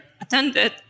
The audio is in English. attended